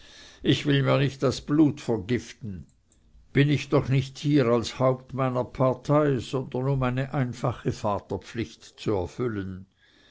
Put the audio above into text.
ich will mir nicht das blut vergiften bin ich doch nicht hier als das haupt meiner partei sondern um eine einfache vaterpflicht zu erfüllen